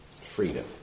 freedom